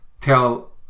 tell